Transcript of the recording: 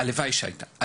הלוואי שהיה משהו.